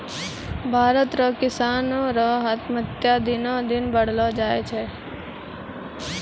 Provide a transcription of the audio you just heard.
भारत रो किसानो रो आत्महत्या दिनो दिन बढ़लो जाय छै